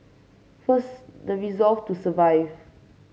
first the resolve to survive